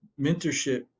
mentorship